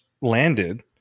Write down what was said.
landed